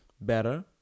better